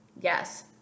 Yes